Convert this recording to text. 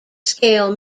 scale